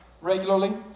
regularly